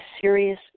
serious